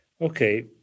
Okay